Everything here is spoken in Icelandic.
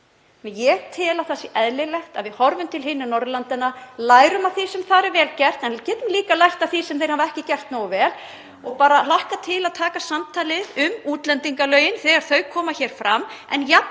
Ég tel eðlilegt að við horfum til hinna Norðurlandanna, lærum af því sem þar er vel gert en við getum líka lært af því sem þeir hafa ekki gert nógu vel. Ég bara hlakka til að taka samtalið um útlendingalögin þegar þau koma fram en